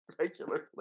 regularly